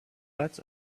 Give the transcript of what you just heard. latch